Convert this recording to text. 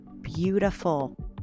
beautiful